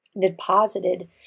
deposited